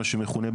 מה שמכונה,